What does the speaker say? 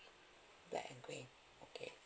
black and green